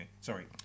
Sorry